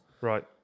Right